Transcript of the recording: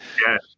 Yes